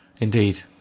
indeed